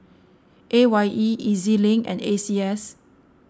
A Y E E Z Link and A C S